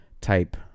type